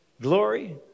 Glory